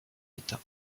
état